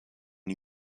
new